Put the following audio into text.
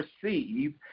perceive